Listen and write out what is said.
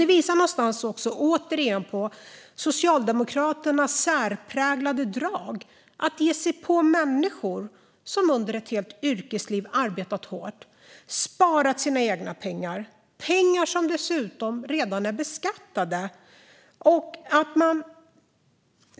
Det här visar återigen på Socialdemokraternas särpräglade drag att ge sig på människor som under ett helt yrkesliv har arbetat hårt och sparat sina egna pengar. Det är dessutom fråga om redan beskattade pengar.